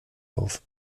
auf